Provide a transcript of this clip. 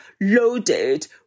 loaded